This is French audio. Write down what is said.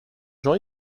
jean